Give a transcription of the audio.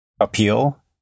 appeal